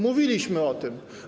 Mówiliśmy o tym.